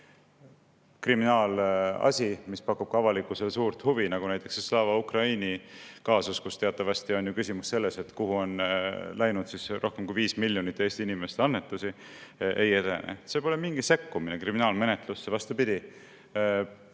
kriminaalasi, mis pakub avalikkusele suurt huvi, näiteks Slava Ukraini kaasus, kus teatavasti on ju küsimus selles, kuhu on läinud rohkem kui viis miljonit Eesti inimeste annetusi, ei edene. See pole mingi sekkumine kriminaalmenetlusse. Vastupidi,